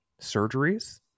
Surgeries